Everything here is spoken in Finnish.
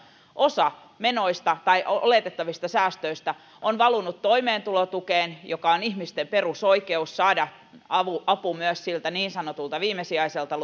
osa oletettavista säästöistä on valunut toimeentulotukeen joka on ihmisten perusoikeus saada apu apu myös siltä niin sanotulta viimesijaiselta